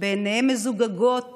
בעיניים מזוגגות